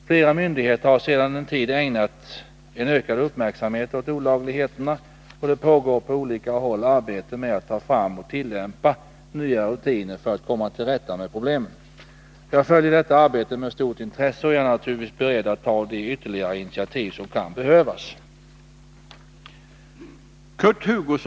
Flera myndigheter har sedan en tid ägnat en ökad uppmärksamhet åt olagligheterna, och det pågår på olika håll arbete med att ta fram och tillämpa nya rutiner för att komma till rätta med problemen. Jag följer detta arbete med stort intresse, och jag är naturligtvis beredd att ta de ytterligare initiativ som kan behövas.